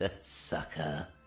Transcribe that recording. Sucker